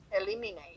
eliminate